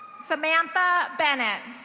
samantha bennett.